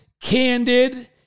candid